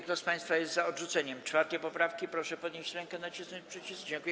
Kto z państwa jest za odrzuceniem 4. poprawki, proszę podnieść rękę i nacisnąć przycisk.